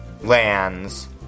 lands